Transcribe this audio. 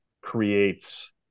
creates